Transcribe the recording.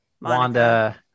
Wanda